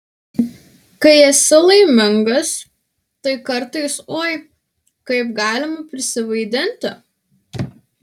kai esi laimingas tai kartais oi kaip galima prisivaidinti